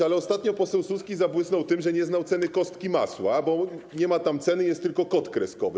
Ale ostatnio poseł Suski zabłysnął tym, że nie znał ceny kostki masła, bo nie ma tam ceny, jest tylko kod kreskowy.